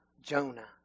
Jonah